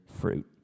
fruit